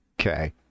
okay